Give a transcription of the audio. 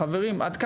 חברים עד כאן.